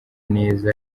neza